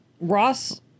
Ross